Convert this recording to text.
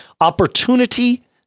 Opportunity